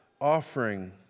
Offering